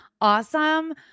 awesome